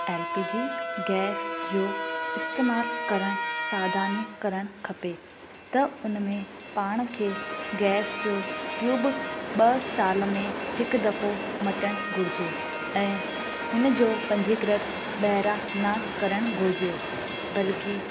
L P G gas जो इस्तेमालु करणु सावधानी करणु खपे त उन में पाण खे गैस ट्यूब ॿ साल में हिकु दफ़ो मटणु घुरिजे ऐं हिन जो पंजीकृत ॿाहिरां न करणु घुरिजे बल्कि